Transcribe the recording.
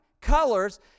colors